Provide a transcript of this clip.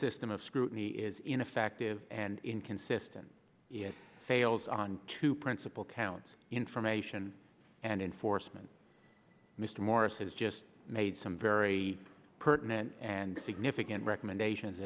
system of scrutiny is ineffective and inconsistent it fails on two principle counts information and enforcement mr morris has just made some very pertinent and significant recommendations